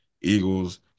Eagles